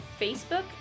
Facebook